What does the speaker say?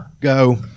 go